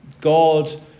God